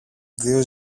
δυο